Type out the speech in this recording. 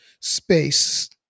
space